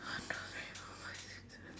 one two three four five six seven